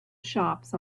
shops